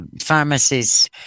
pharmacies